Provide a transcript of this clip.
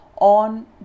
on